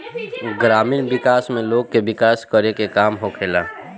ग्रामीण विकास में लोग के विकास करे के काम होखेला